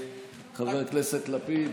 חבר הכנסת לפיד,